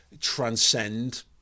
transcend